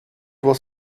was